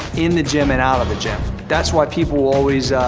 in the gym and out of the gym. that's why people will always